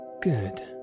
Good